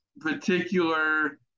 particular